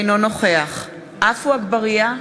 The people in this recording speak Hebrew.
אינו נוכח עפו אגבאריה,